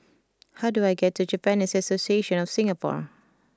how do I get to Japanese Association of Singapore